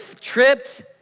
tripped